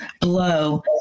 blow